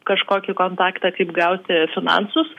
kažkokį kontaktą kaip gauti finansus